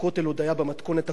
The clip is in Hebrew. כשהכותל עוד היה במתכונת הקודמת,